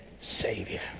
Savior